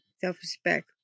self-respect